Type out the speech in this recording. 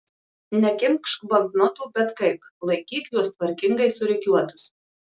nekimšk banknotų bet kaip laikyk juos tvarkingai surikiuotus